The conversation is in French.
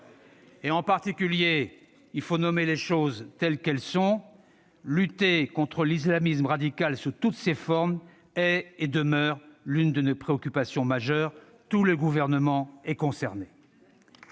En particulier- il faut nommer les choses telles qu'elles sont -, lutter contre l'islamisme radical sous toutes ses formes est et demeure l'une de nos préoccupations majeures. Tout le Gouvernement est concerné.